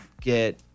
get